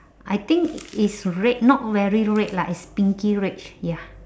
I think it's red not very red lah it's pinky red ya